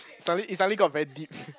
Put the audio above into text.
suddenly it suddenly go on very deep